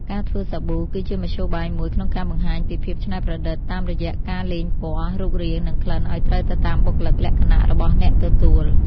ការធ្វើសាប៊ូគឺជាមធ្យោបាយមួយក្នុងការបង្ហាញពីភាពច្នៃប្រឌិតតាមរយៈការលេងពណ៌ រូបរាង និងក្លិនឱ្យត្រូវទៅតាមបុគ្គលិកលក្ខណៈរបស់អ្នកទទួល។